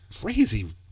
Crazy